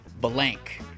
blank